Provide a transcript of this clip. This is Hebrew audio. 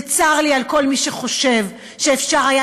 וצר לי על כל מי שחושב שאפשר היה